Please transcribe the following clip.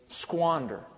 squander